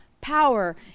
power